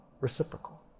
reciprocal